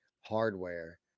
hardware